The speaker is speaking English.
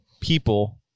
people